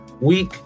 week